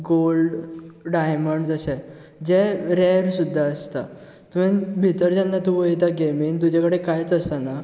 gold diamond जशें जे rare सुद्दां आसता तुंवेन भितर जेन्ना तूं वयता गेमीन तुजे कडेन कांयच आसाना